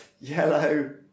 Yellow